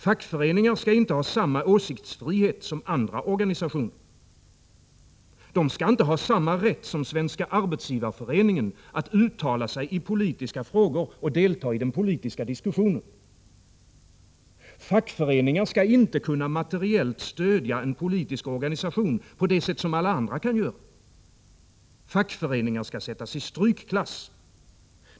Fackföreningar skall inte ha samma åsiktsfrihet som andra organisationer. De skall inte ha samma rätt som Svenska arbetsgivareföreningen att uttala sig i politiska frågor och delta i den politiska diskussionen. Fackföreningar skall inte materiellt kunna stödja en politisk organisation på det sätt som alla andra kan göra. Fackföreningar skall sättas i strykklass.